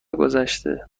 گذشته